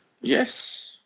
yes